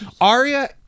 Arya